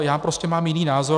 Já prostě mám jiný názor.